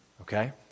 okay